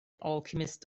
alchemist